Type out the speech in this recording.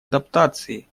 адаптации